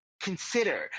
consider